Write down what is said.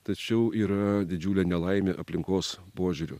tačiau yra didžiulė nelaimė aplinkos požiūriu